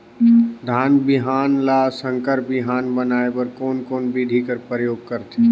धान बिहान ल संकर बिहान बनाय बर कोन कोन बिधी कर प्रयोग करथे?